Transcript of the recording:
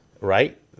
Right